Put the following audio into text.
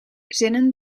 zinnen